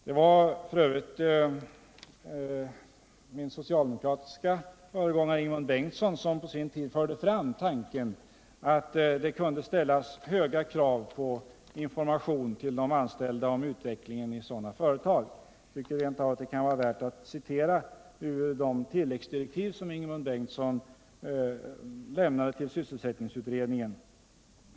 Det var f. ö. min socialdemokratiske företrädare, Ingemund Bengtsson, som på sin tid förde fram tanken att det kunde ställas höga krav på information till de anställda om utvecklingen i sådana företag. Jag tycker rent av att det kan vara värt att citera ur de tilläggsdirektiv som Ingemund Bengtsson lämnade till sysselsättningsutredningen.